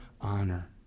honor